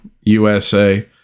USA